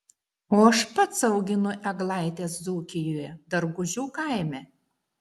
o aš pats auginu eglaites dzūkijoje dargužių kaime